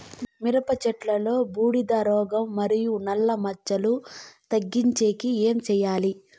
మిరప చెట్టులో బూడిద రోగం మరియు నల్ల మచ్చలు తగ్గించేకి ఏమి చేయాలి?